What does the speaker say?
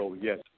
Yes